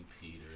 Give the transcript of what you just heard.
Peter